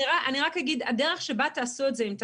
אני רק אגיד, הדרך שבה תעשו את זה, אם תעשו,